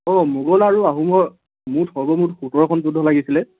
অঁ মোগল আৰু আহোমৰ মুঠ সৰ্বমুঠ সোতৰখন যুদ্ধ লাগিছিলে